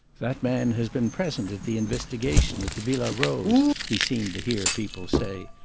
that man has been present at the investigation at the villa rose, he seemed to hear people say.